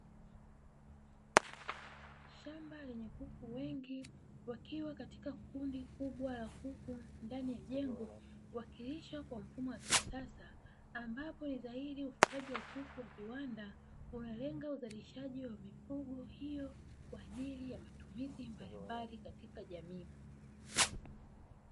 Shamba lenye kuku wengi, wakiwa katika kundi kubwa la kuku ndani ya jengo, wakilishwa kwa mfumo wa kisasa, ambapo ni dhahiri ufugaji wa kuku wa viwanda unalenga uzalishaji wa mifugo hiyo kwa ajili ya matumizi mbalimbali katika jamii.